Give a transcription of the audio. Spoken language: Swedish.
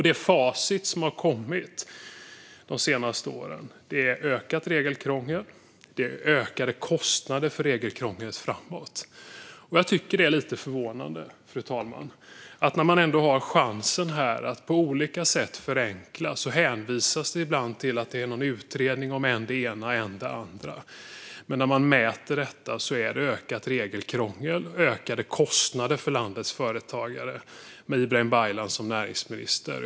Det facit som har kommit de senaste åren är ökat regelkrångel och ökade kostnader för regelkrångel framåt. Jag tycker att det är lite förvånande, fru talman, att när man ändå har chansen att på olika sätt förenkla hänvisas det till någon utredning om än det ena, än det andra. Men när detta mäts ser vi att det blir ökat regelkrångel och ökade kostnader för landets företagare med Ibrahim Baylan som näringsminister.